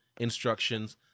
instructions